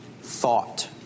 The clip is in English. thought